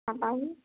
آپ آٮٔیں